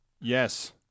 Yes